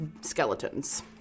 skeletons